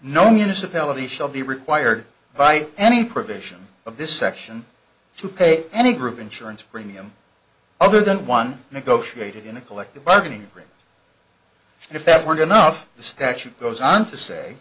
municipality shall be required by any provision of this section to pay any group insurance premium other than one negotiated in a collective bargaining agreement and if that weren't enough the statute goes on to say